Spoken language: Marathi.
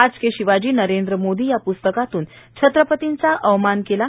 आजके शिवाजी नरेंद्र मोदी या प्स्तकातून छत्रपतींचा अवमान केला आहे